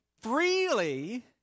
freely